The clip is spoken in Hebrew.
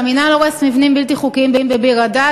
כשהמינהל הורס מבנים בלתי חוקיים בביר-הדאג',